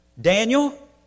Daniel